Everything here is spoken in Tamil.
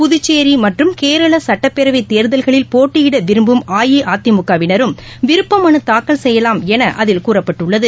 புதுச்சேரிமற்றும் கேரளசட்டப்பேரவைத் தேர்தல்களில் போட்டியிடவிரும்பும் அஇஅதிமுக வினரும் விருப்பமனுதாக்கல் செய்யலாம் எனஅதில் கூறப்பட்டுள்ளது